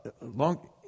long